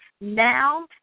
now